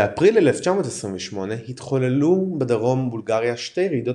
באפריל 1928 התחוללו בדרום בולגריה שתי רעידות